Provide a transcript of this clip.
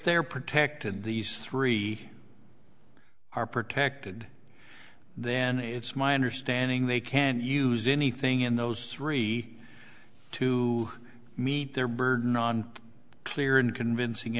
they're protected these three are protected then it's my understanding they can use anything in those three to meet their burden on clear and convincing